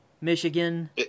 Michigan